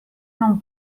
non